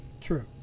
true